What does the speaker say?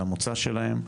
על המוצא שלהם.